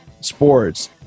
sports